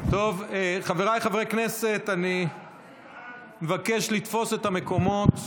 חבריי חברי הכנסת, אני מבקש לתפוס את המקומות.